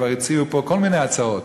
כבר הציעו פה כל מיני הצעות.